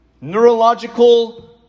neurological